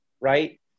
right